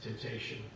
temptation